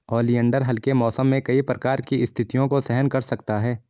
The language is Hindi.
ओलियंडर हल्के मौसम में कई प्रकार की स्थितियों को सहन कर सकता है